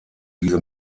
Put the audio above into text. diese